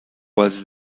was